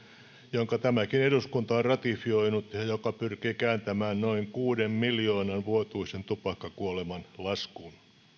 jonka tämäkin eduskunta on ratifioinut ja ja joka pyrkii kääntämään noin kuuden miljoonan vuotuisen tupakkakuoleman määrän laskuun